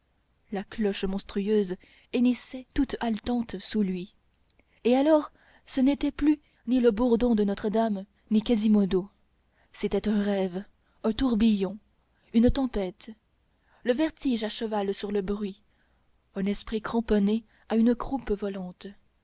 la cloche monstrueuse hennissait toute haletante sous lui et alors ce n'était plus ni le bourdon de notre-dame ni quasimodo c'était un rêve un tourbillon une tempête le vertige à cheval sur le bruit un esprit cramponné à une croupe volante